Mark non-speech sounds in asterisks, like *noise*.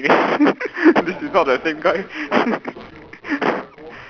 *laughs* this is not the same kind *laughs*